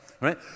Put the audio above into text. right